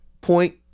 point